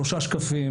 שלושה שקפים.